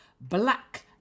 black